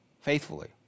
faithfully